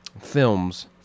films